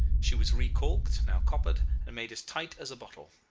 she was recalked, new coppered, and made as tight as a bottle.